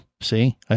See